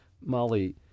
Molly